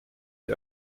die